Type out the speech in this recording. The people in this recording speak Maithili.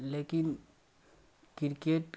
लेकिन किरकेट